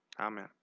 amen